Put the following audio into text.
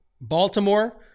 Baltimore